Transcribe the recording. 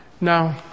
Now